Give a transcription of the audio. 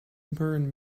burn